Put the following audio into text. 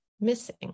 missing